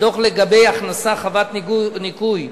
ודוח לגבי הכנסה חבת ניכוי,